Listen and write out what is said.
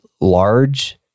large